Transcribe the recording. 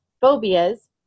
phobias